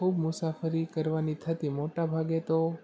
ખૂબ મુસાફરી કરવાની થતી મોટા ભાગે તો